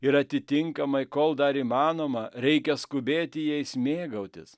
ir atitinkamai kol dar įmanoma reikia skubėti jais mėgautis